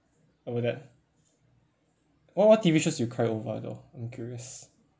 over that what what T_V shows do you cry over though I'm curious